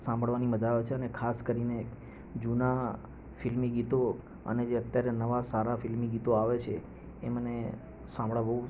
સાંભળવાની મજા આવે છે અને ખાસ કરીને જૂના ફિલ્મી ગીતો અને જે અત્યારે નવા સારા ફિલ્મી ગીતો આવે છે એ મને સાંભળવા બહુ